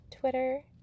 Twitter